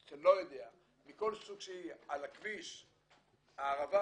מכל סוג שהוא על כביש הערבה,